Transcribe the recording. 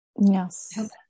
yes